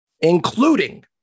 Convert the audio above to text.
including